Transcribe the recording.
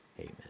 Amen